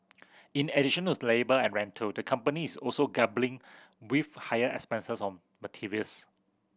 in additional's labour and rental the company is also with higher expenses on materials